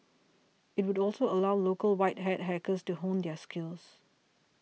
it would also allow local white hat hackers to hone their skills